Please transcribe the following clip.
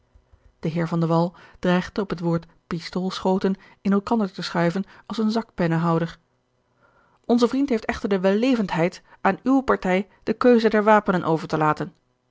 wall dreigde op het woord pistoolschoten in elkander te schuiven als een zakpennehouder onze vriend heeft echter de wellevendheid aan uwe partij de keuze der wapenen over te laten